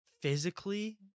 physically